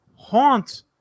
Haunt